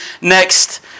next